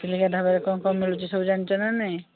ଚିଲିକା ଢାବାରେ କ'ଣ କ'ଣ ମିଳୁଛି ସବୁ ଜାଣିଛ ନା ନାହିଁ